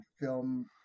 film